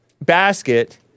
basket